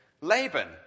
Laban